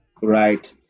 right